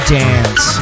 dance